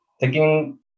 taking